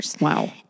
Wow